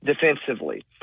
defensively